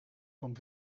kwam